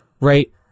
right